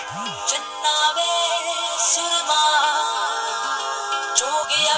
अगर मे के.वाई.सी नी कराहू तो कुछ बैंक खाता मे प्रभाव पढ़ी?